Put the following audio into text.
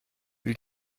will